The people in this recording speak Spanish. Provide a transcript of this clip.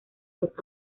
dos